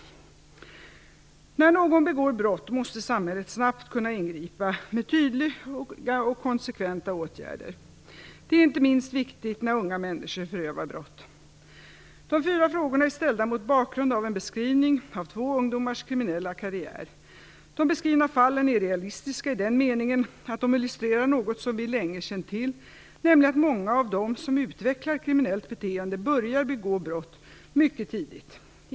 När någon begår brott måste samhället snabbt kunna ingripa med tydliga och konsekventa åtgärder. Detta är inte minst viktigt när unga människor förövar brott. De fyra frågorna är ställda mot bakgrund av en beskrivning av två ungdomars kriminella karriär. De beskrivna fallen är realistiska i den meningen att de illustrerar något som vi länge känt till, nämligen att många av dem som utvecklar kriminellt beteende börjar begå brott mycket tidigt.